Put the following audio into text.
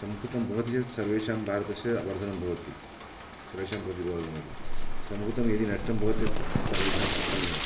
संस्कृतं भवति चेत् सर्वेषां भारतस्य वर्धनं भवति सर्वेषां प्रति भवति संस्कृतं यदि नष्टं भवति चेत् सर्वेषां नष्टमेव